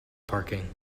parking